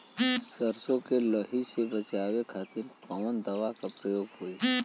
सरसो के लही से बचावे के खातिर कवन दवा के प्रयोग होई?